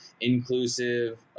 inclusive